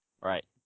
right